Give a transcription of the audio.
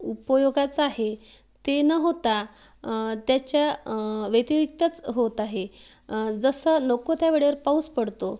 उपयोगाचं आहे ते न होता त्याच्या व्यतिरिक्तच होत आहे जसं नको त्या वेळेवर पाऊस पडतो